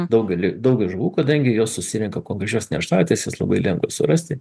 daugeliui daug žuvų kadangi juos susirenka kuo gražias nerštavietes jas labai lengva surasti